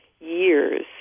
years